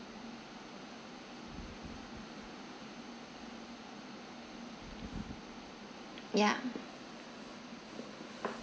ya